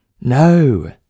No